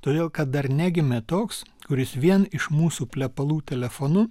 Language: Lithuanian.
todėl kad dar negimė toks kuris vien iš mūsų plepalų telefonu